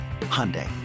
Hyundai